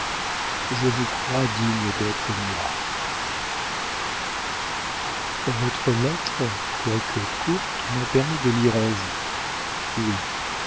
je vous crois digne d'être moi votre lettre quoique courte m'a permis de lire en vous oui